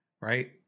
right